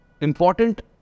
important